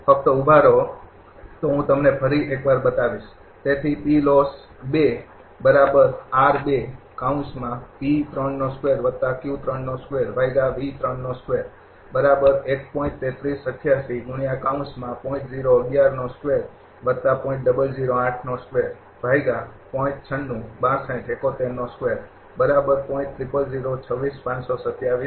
ફક્ત ઊભા રહો તો હું તમને ફરી એકવાર બતાવીશ